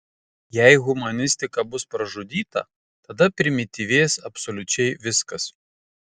jei humanistika bus pražudyta tada primityvės absoliučiai viskas